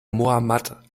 mohammad